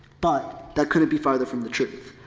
but, that couldn't be farther from the truth.